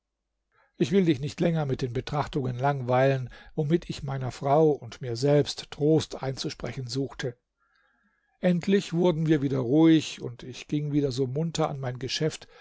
ich will dich nicht länger mit den betrachtungen langweilen womit ich meiner frau und mir selbst trost einzusprechen suchte endlich wurden wir wieder ruhig und ich ging wieder so munter an mein geschäft